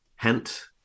hint